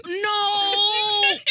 No